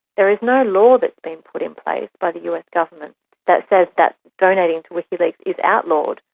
there is no law that's been put in place by the us government that says that donating to wikileaks is outlawed,